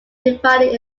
divided